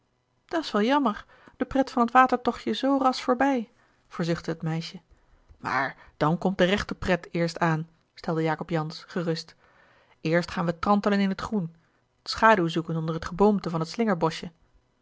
lachje dat's wel jammer de pret van t watertochtje zoo ras voorbij verzuchtte het meisje maar dan komt de rechte pret eerst aan stelde acob ansz gerust eerst gaan we trantelen in t groen schaduw zoeken onder het geboomte van t